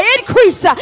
Increase